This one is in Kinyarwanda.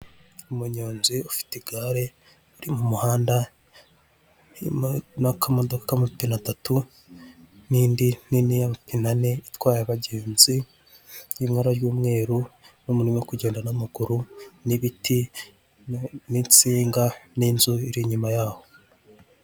Umunyonzi ufite igare uri mumuhanda n'akamodoka k'amapine atatu, n'indi nini y'amapine ane itwaye abagenzi mumabara y'umweru, n'umuntu uri kugenda n'amaguru n'ibiti n'insinga n'inzu iri inyuma ya ho.